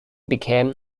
became